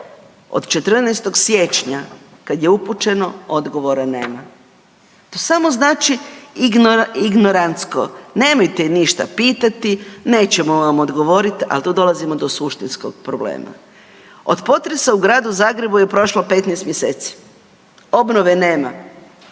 od 14. siječnja kad je upućeno, odgovora nema. To samo znači ignorantsko. Nemojte ništa pitati, nećemo vam odgovoriti, ali to dolazimo do suštinskog problema. Od potresa u Gradu Zagrebu je prošlo 15 mjeseci. Obnove nema.